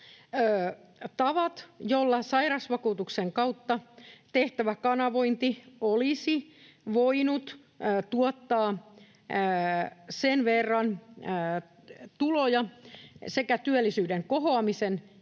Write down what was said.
tavat, joilla sairausvakuutuksen kautta tehtävä kanavointi olisi voinut tuottaa sen verran tuloja sekä työllisyyden kohoamisen